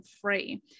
free